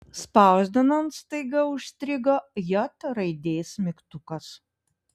spausdinant staiga užstrigo j raidės mygtukas